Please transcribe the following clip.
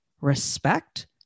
respect